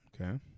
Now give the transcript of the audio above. okay